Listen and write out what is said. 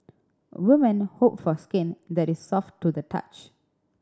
women hope for skin that is soft to the touch